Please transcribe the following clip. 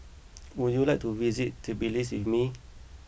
would you like to visit Tbilisi with me